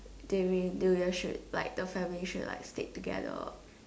they really do they should like the family should stay together